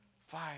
five